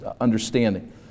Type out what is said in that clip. understanding